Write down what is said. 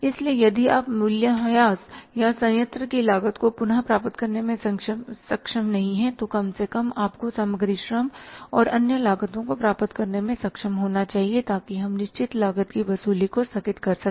इसलिए यदि आप मूल्य ह्रास या संयंत्र की लागत को पुनर्प्राप्त करने में सक्षम नहीं हैं तो कम से कम आपको सामग्री श्रम और अन्य लागतो को प्राप्त करने में सक्षम होना चाहिए ताकि हम निश्चित लागत की वसूली को स्थगित कर सकें